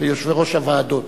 וליושבי-ראש הוועדות.